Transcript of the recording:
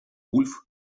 вульф